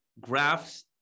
graphs